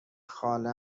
خاله